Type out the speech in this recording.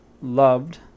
loved